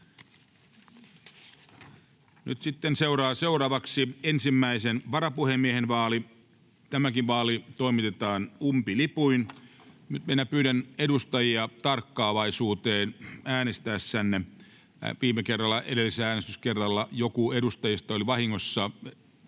N/A Content: Nyt seuraa ensimmäisen varapuhemiehen vaali. Tämäkin vaali toimitetaan umpilipuin. Nyt pyydän edustajia tarkkaavaisuuteen äänestäessänne. Edellisellä äänestyskerralla joku edustajista äänesti vahingossa